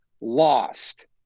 lost